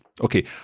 Okay